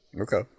Okay